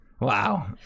Wow